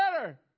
better